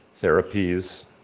therapies